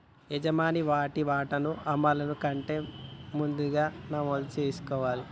యజమాని వాటి వాటాను అమలును కంటే ముందుగానే నమోదు చేసుకోవాలి